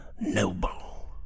noble